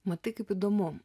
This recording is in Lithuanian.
matai kaip įdomu